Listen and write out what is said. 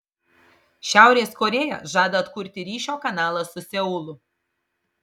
šiaurės korėja žada atkurti ryšio kanalą su seulu